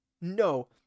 No